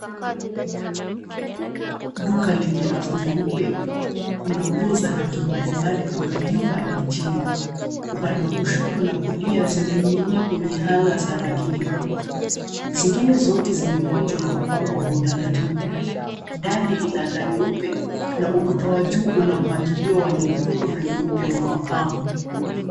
Duka lenye rafu nyeupe, kuna nguo za rangi mbalimbali kutoka juu hadi chini. Upande wa kushoto na kulia, zimening'inia kwenye hanger za rangi nyekundu. Zingine zote zimekunjwa na kupangwa kwa utaratibu. Dari lina taa nyeupe na ukuta wa juu una mpangilio wa nyekundu na nyeupe wa mapambo.